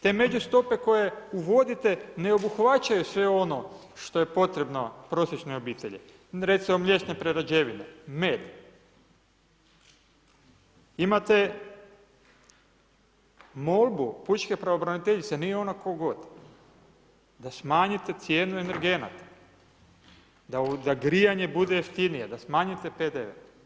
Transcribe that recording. Te međustope koje uvodite ne obuhvaćaju sve ono što je potrebno prosječnoj obitelji, recimo mliječne prerađevine, med, imate molbu pučke pravobraniteljice, nije ona tko god, da smanjite cijenu energenata, da grijanje bude jeftinije, da smanjite PDV.